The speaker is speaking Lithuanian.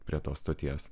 prie tos stoties